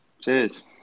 Cheers